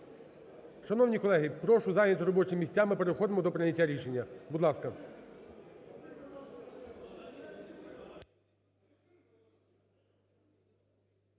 Шановні колеги, прошу зайняти робочі місця, ми переходимо до прийняття рішення. Будь ласка,